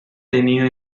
tenido